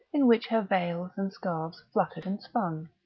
in which her veils and scarves fluttered and spun.